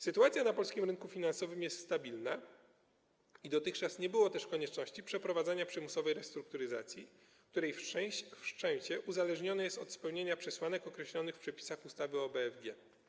Sytuacja na polskim rynku finansowym jest stabilna i dotychczas nie było też konieczności przeprowadzania przymusowej restrukturyzacji, której wszczęcie uzależnione jest od spełnienia przesłanek określonych w przepisach ustawy o BFG.